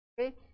Okay